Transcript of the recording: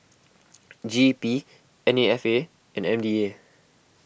G E P N A F A and M D A